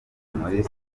muri